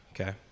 Okay